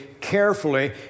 carefully